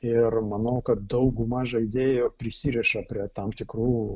ir manau kad dauguma žaidėjų prisiriša prie tam tikrų